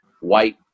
white